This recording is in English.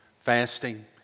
fasting